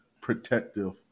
protective